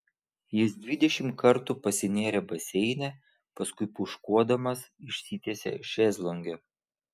jis dvidešimt kartų pasinėrė baseine paskui pūškuodamas išsitiesė šezlonge